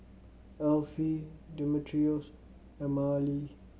Elfie Demetrios and Mahalie